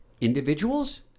Individuals